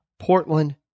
Portland